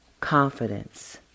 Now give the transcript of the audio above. confidence